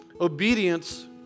Obedience